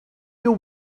you